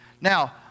Now